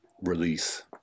release